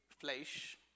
flesh